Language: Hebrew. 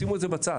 שימו את זה בצד,